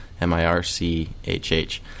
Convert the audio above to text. m-i-r-c-h-h